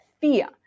fear